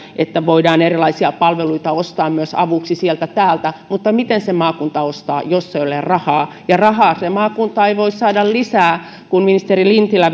että voidaan erilaisia palveluita ostaa myös avuksi sieltä täältä mutta miten se maakunta ostaa jos ei ole rahaa ja rahaa se maakunta ei voi saada lisää kun ministeri lintilä